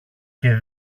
και